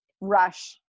rush